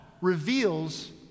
reveals